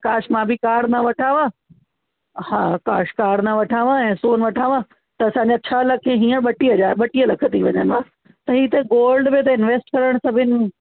काश मां बि कार न वठा हुवां हा काश कार न वठांवा हा ऐं सोन वठा हुवां त असांजा छह लख हींअर ॿटीह हज़ार ॿटीह लख थी वञनि हा त हीउ त गोल्ड में त इंवेस्ट करणु सभिनि